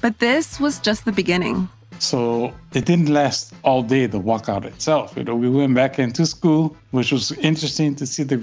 but this was just the beginning so it didn't last all day, the walkout itself, you know? we went back into school, which was interesting to see the